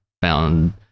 found